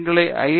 எங்களது ஐ